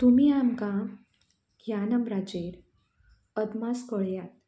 तुमी आमकां ह्या नंबराचेर अदमास कळयात